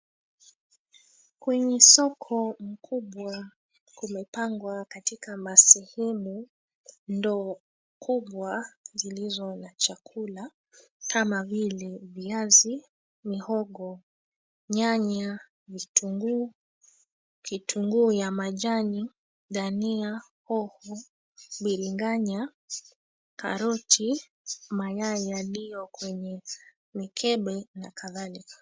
Kwenye soko mkubwa kumepangwa katika sehemu ndoo kubwa zilizo na chakula kama vile viazi, migoho, nyanya, vitunguu, kitunguu ya majani, dania, hoho, biringanya, karoti, mayai yaliyo kwenye mikebe na kadhalika.